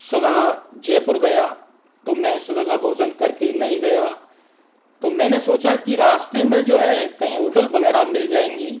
सुबह जयपुर गया तो मैं सुबह का भोजन कर के नहीं गया तो मैंने सोचा की रास्ते में जो है कहीं होटल वगैरह मिल जाएंगी